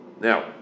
Now